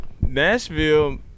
Nashville